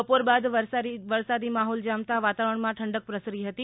બપોર બાદ વરસાદી માહોલ જામતા વાતાવરણમાં ઠંડક પ્રસરી હતી